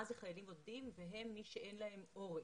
מה זה חיילים בודדים, זה מי אין להם הורה.